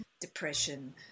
depression